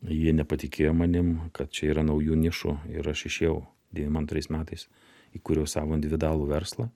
jie nepatikėjo manim kad čia yra naujų nišų ir aš išėjau devym antrais metais įkūriau savo individualų verslą